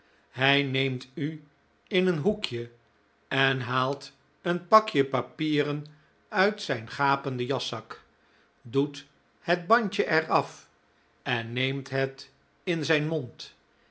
hij neemt u in een hoekje en haalt een pakje papieren uit zijn gapenden jaszak doet het bandje er af en neemt het in zijn mond